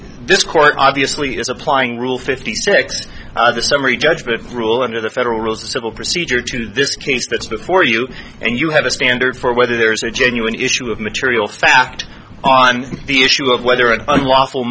this court obviously is applying rule fifty six the summary judgment rule under the federal rules of civil procedure to this case that's before you and you have a standard for whether there's a genuine issue of material fact on the issue of whether an unlawful